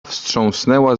wstrząsnęła